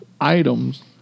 items